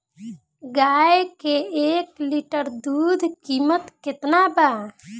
गाय के एक लीटर दूध कीमत केतना बा?